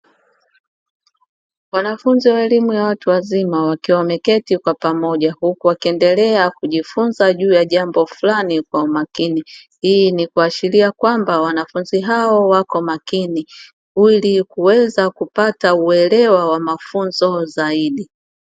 Wanafunzi wa elimu ya watu wazima wakiwa wameketi kwa pamoja huku wakiendelea kujifunza juu ya jambo fulani kwa makini, hii ni kuashiria kwamba wanafunzi hao wako makini ili kuweza kupata uelewa wa mafunzo zaidi.